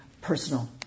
personal